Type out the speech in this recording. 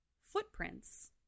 footprints